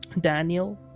daniel